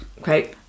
Okay